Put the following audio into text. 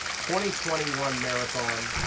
twenty twenty one marathon